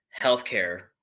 healthcare